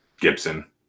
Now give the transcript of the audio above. Gibson